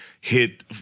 hit